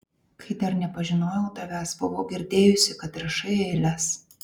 kai dar nepažinojau tavęs buvau girdėjusi kad rašai eiles